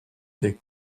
des